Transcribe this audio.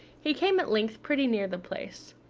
he came at length pretty near the place.